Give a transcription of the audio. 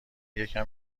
یکم